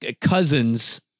cousins